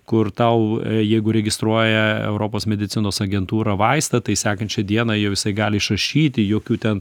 kur tau jeigu registruoja europos medicinos agentūra vaistą tai sekančią dieną jau jisai gali išrašyti jokių ten